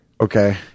okay